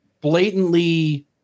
blatantly